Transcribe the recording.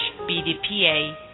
bdpa